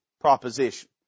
proposition